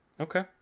Okay